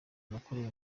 nakoreye